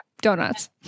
donuts